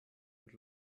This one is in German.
und